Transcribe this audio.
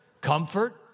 comfort